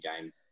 game